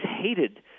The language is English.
hated